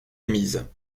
émises